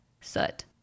soot